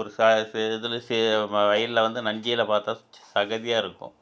ஒரு ச சே இதில் சே நம்ம வயல்ல வந்து நஞ்சிலப் பார்த்தா சகதியாக இருக்கும்